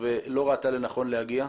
שמגיע.